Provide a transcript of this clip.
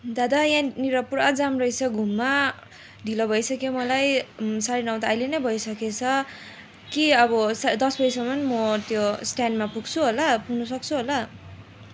दादा यहाँनिर पुरा जाम रहेछ घुममा ढिलो भइसक्यो मलाई साँढे नौ त अहिले नै भइसकेछ के अब दस बजीसम्म म त्यो स्ट्यान्डमा पुग्छु होला पुग्न सक्छु होला